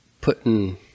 putting